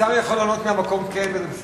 השר יכול לענות מהמקום כן, וזה בסדר.